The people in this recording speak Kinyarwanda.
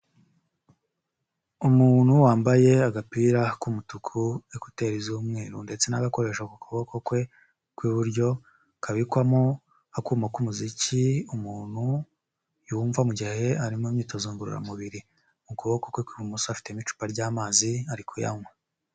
Umuntu wambaye agapira k'umutuku, ekuteri z'umweru ndetse n'agakoresho ku kuboko kwe kw'iburyo kabikwamo akuma k'umuziki umuntu yumva mu gihe ari mu myitozo ngororamubiri, mu kuboko kwe kw'ibumoso afitemo icupa ry'amazi ari kuyanywa.